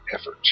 effort